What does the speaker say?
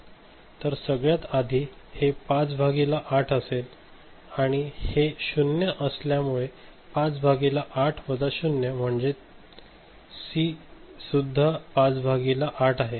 तर सगळ्यात आधी हे 5 भागिले 8 असेल आणि हे 0 असल्यामुळे 5 भागिले 8 वजा 0 म्हणजे सी सुद्धा 5 भागिले 8 आहे